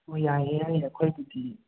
ꯍꯣ ꯌꯥꯏꯌꯦ ꯌꯥꯏꯌꯦ ꯑꯩꯈꯣꯏꯕꯨꯗꯤ